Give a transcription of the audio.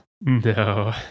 no